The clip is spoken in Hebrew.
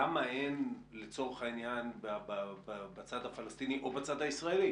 למה אין לצורך העניין בצד הפלסטיני או בצד הישראלי